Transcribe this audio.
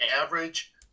average